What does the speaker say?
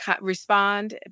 respond